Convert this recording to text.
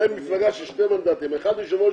לא,